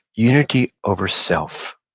unity over self.